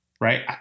right